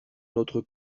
notre